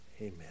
Amen